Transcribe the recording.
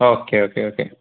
okay okay okay